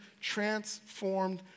transformed